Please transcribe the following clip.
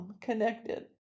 connected